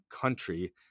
country